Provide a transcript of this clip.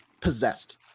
possessed